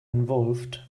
involved